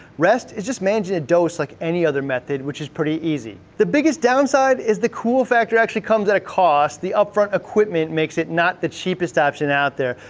rest is just managing a dose like any other method which is pretty easy. the biggest downside is the cool factor actually comes at a cost. the up front equipment makes it not the cheapest option out there.